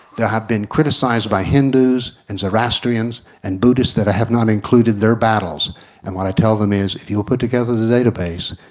i have been criticized by hindus and zoroastrians and buddhists that i have not included their battles and when i tell them is, if you'll put together the database,